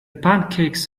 pancakes